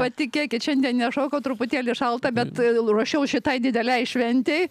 patikėkit šiandien nešokau truputėlį šalta bet ruošiaus šitai didelei šventei